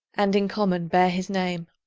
and in common bear his name.